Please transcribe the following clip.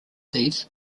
these